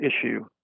issue